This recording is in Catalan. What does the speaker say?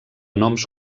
noms